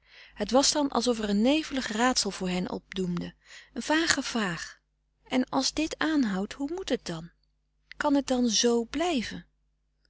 het was dan alsof er een nevelig raadsel voor hen opdoemde een vage vraag en als dit aanhoudt hoe moet het dan kan het dan z blijven